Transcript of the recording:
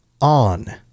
on